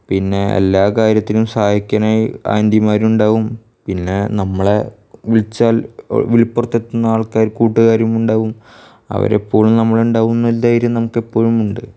പിന്നെ എല്ലാ കാര്യത്തിനും സഹായിക്കനായ് ആന്റിമാരുണ്ടാവും പിന്നെ നമ്മളെ വിളിച്ചാല് വിളിപ്പുറത്തെത്തുന്ന ആള്ക്കാര് കൂട്ടുകാരുമുണ്ടാവും അവരെപ്പോഴും നമ്മളുടെ ഒപ്പം ഉണ്ടാകും എന്നൊരു ധൈര്യം നമുക്കെപ്പഴുമുണ്ട്